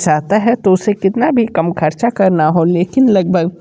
साथ है तो उसे कितना भी कम खर्च करना हो लेकिन लगभग